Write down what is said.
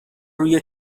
روی